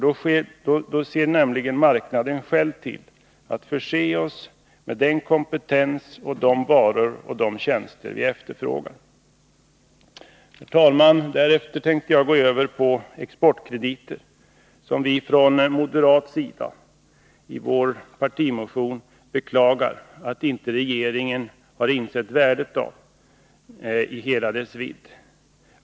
Då ser marknaden själv till att förse oss med den kompetens och de varor och tjänster som vi efterfrågar. Herr talman! Därefter tänkte jag gå över på frågan om exportkrediter. Från moderat sida beklagar vi i vår partimotion att regeringen inte har insett värdet av exportkrediter i hela dess vidd.